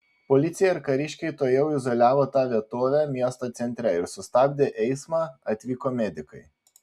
policija ir kariškiai tuojau izoliavo tą vietovę miesto centre ir sustabdė eismą atvyko medikai